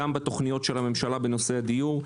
בתוכניות הממשלה בנושא הדיור,